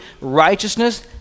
righteousness